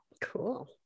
Cool